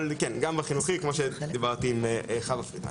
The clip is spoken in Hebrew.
אבל כן, גם בחינוכי, כמו שדיברתי עם חווה פרידמן.